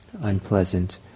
unpleasant